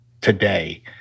today